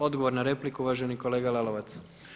Odgovor na repliku uvaženi kolega Lalovac.